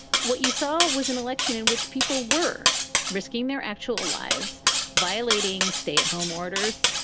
what you saw was an election in which people were risking their actual lives violating stay at home orders.